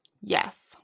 Yes